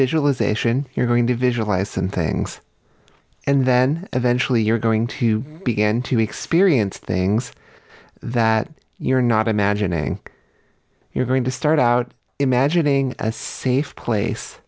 visualization you're going to visualize some things and then eventually you're going to began to experience things that you're not imagining you're going to start out imagining a safe place